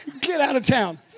get-out-of-town